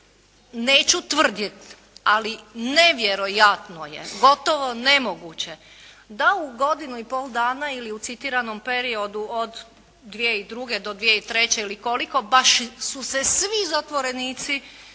neću tvrditi ali nevjerojatno, gotovo nemoguće da u godinu i pol dana ili u citiranom periodu od 2002. do 2003. ili koliko baš su se svi zatvorenici